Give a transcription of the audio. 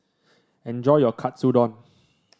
enjoy your Katsudon